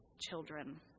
children